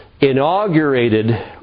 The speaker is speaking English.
inaugurated